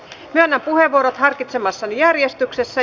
myönnän puheenvuorot harkitsemassani järjestyksessä